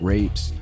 Rapes